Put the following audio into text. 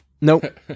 Nope